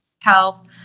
health